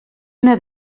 una